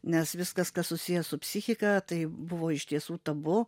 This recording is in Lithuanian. nes viskas kas susiję su psichika tai buvo iš tiesų tabu